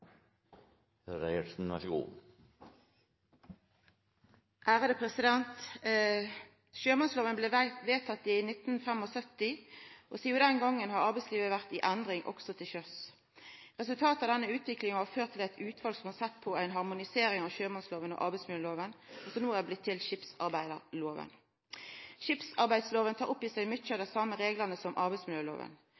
sjøs. Resultatet av denne utviklinga har ført til eit utval som har sett på ei harmonisering av sjømannsloven og arbeidsmiljøloven, som no er blitt til skipsarbeidsloven. Skipsarbeidsloven tar opp i seg mykje av